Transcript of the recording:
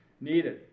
needed